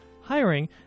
hiring